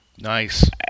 Nice